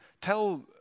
tell